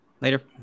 Later